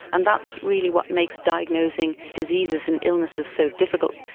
and that's really what makes diagnosing diseases and illnesses so difficult.